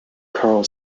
coral